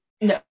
no